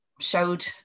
showed